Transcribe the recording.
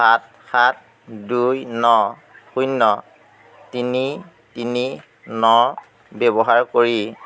আঠ সাত দুই ন শূন্য তিনি তিনি ন ব্যৱহাৰ কৰি